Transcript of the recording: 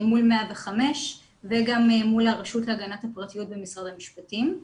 מול 105 וגם מול הרשות להגנת הפרטיות במשרד המשפטים.